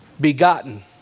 begotten